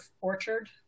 orchard